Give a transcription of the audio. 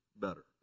better